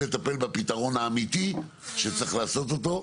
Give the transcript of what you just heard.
לטפל בפתרון האמיתי שצריך לעשות אותו,